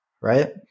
right